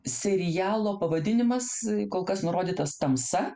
serialo pavadinimas kol kas nurodytas tamsa